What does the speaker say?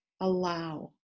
allow